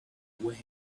way